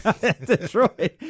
Detroit